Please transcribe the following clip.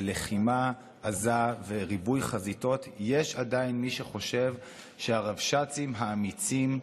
לחימה עזה וריבוי חזיתות יש עדיין מי שחושב שהרבש"צים האמיצים,